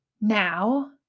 now